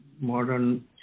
modern